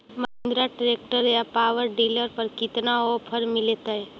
Mahindra tractor या power dealer पर कितना ओफर मीलेतय?